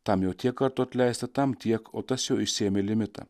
tam jau tiek kartų atleista tam tiek o tas jau išsiėmė limitą